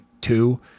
two